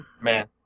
man